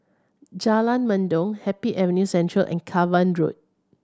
Jalan Mendong Happy Avenue Central and Cavan Road